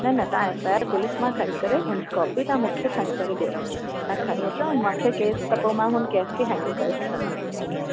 तव्हां F I R police मां खणी करे हुनजी कॉपी तव्हां मूंखे खणी करे ॾियो तव्हां खणी अचो मूंखे केस त पोइ मां हुन केस खे मां हेन्डल करे सघंदमि इअं